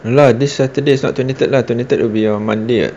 ah lah this saturday is not twenty third lah twenty third will be on monday [what]